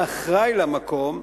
האחראי למקום,